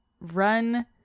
run